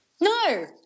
No